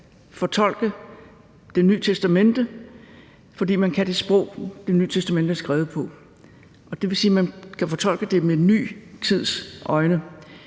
kan fortolke Det Nye Testamente, fordi man kan det sprog, Det Nye Testamente er skrevet på. Det vil sige, at man kan fortolke det med en ny tids øjne.